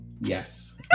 yes